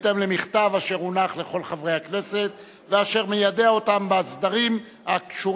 בהתאם למכתב אשר הונח לכל חברי הכנסת ומיידע אותם בסדרים הקשורים